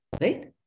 Right